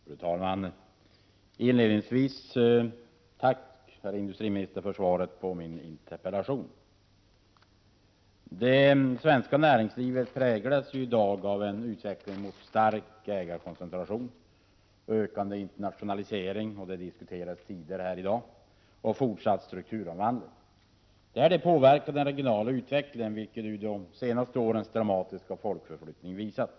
Fru talman! Inledningsvis vill jag tacka industriministern för svaret på min interpellation. Det svenska näringslivet präglas i dag av en utveckling mot stark ägarkoncentration, ökande internationalisering, som har diskuterats tidigare här i dag, och fortsatt strukturomvandling. Detta påverkar den regionala — Prot. 1987/88:34 utvecklingen, vilket de senaste årens dramatiska folkomflyttning har visat.